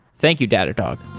thank you, datadog